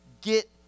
Get